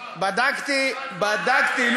אם, בדקתי, בדקתי.